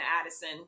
Addison